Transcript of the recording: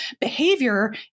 behavior